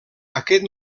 aquest